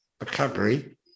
recovery